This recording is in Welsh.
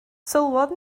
sylwodd